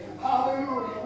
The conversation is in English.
Hallelujah